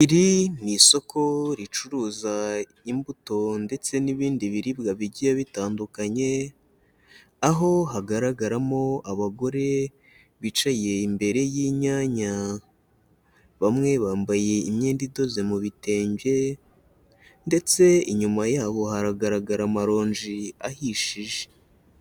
Iri ni isoko ricuruza imbuto ndetse n'ibindi biribwa bigiye bitandukanye, aho hagaragaramo abagore bicaye imbere y'inyanya, bamwe bambaye imyenda idoze mu bitenge ndetse inyuma yabo haragaragara amaronji ahishije.